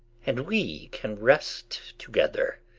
and we can rest together.